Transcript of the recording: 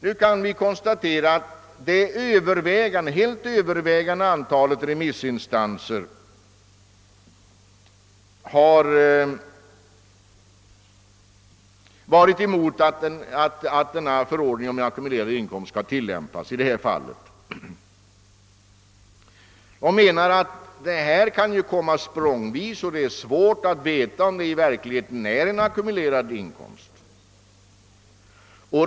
Vi kan konstatera att det helt övervägande antalet remissinstanser har ställt sig avvisande till en förordning om ackumulerad inkomst och menat att värdestegringen ofta kommer språngvis och att det är svårt att veta om det i verkligheten föreligger ackumulerad inkomst.